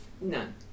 none